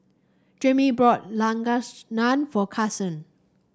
Jamey brought Lasagna for Carsen